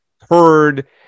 heard